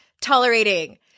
tolerating